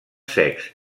secs